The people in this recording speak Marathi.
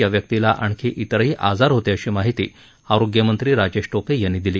या व्यक्तीला आणखी इतरही आजार होते अशी माहिती आरोग्यमंत्री राजेश टोपे यांनी दिली